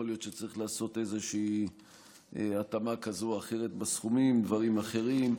יכול להיות שצריך לעשות איזו התאמה כזאת או אחרת בסכומים ודברים אחרים.